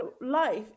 life